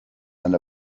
and